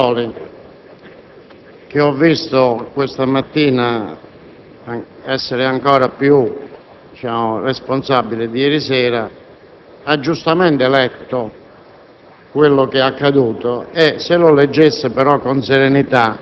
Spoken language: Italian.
Così come, il presidente Matteoli, che ho visto questa mattina essere ancora più responsabile di ieri sera, ha giustamente letto